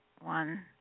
one